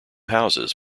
houses